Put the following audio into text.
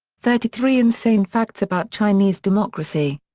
thirty three insane facts about chinese democracy.